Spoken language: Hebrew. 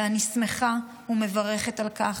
ואני שמחה ומברכת על כך.